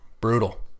brutal